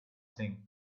thing